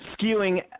skewing